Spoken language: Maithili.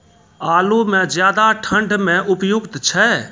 आलू म ज्यादा ठंड म उपयुक्त छै?